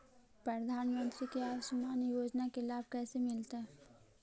प्रधानमंत्री के आयुषमान योजना के लाभ कैसे मिलतै?